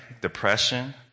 depression